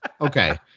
okay